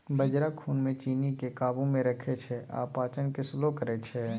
बजरा खुन मे चीन्नीकेँ काबू मे रखै छै आ पाचन केँ स्लो करय छै